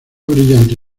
brillante